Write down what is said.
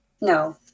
no